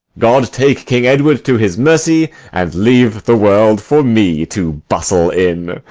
god take king edward to his mercy, and leave the world for me to bustle in!